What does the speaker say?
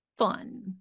Fun